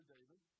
David